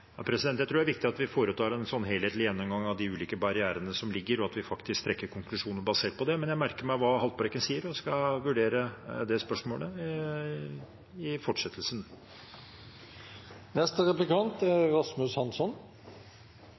tror det er viktig at vi foretar en helhetlig gjennomgang av de ulike barrierene som ligger, og at vi faktisk trekker konklusjonen basert på det. Men jeg merker meg hva Haltbrekken sier, og skal vurdere det spørsmålet i fortsettelsen. Det forslaget vi har debattert i dag, er